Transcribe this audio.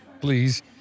please